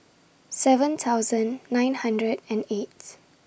seven thousand nine hundred and eights